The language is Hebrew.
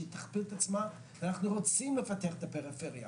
אנחנו רוצים לפתח את הפריפריה,